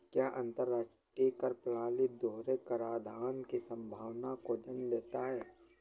क्या अंतर्राष्ट्रीय कर प्रणाली दोहरे कराधान की संभावना को जन्म देता है?